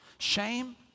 Shame